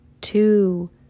two